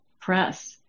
press